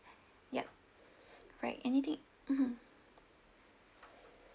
yup right anything mmhmm